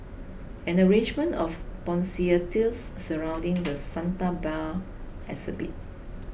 an arrangement of poinsettias surrounding the Santa Bear exhibit